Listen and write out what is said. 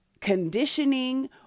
conditioning